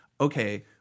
okay